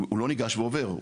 הוא לא ניגש ועובר,